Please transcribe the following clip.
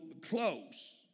close